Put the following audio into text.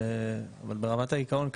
באמת העיקרון,